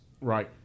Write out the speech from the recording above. Right